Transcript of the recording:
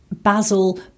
basil